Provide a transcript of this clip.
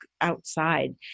outside